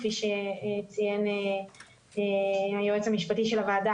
כפי שציין היועץ המשפטי של הוועדה,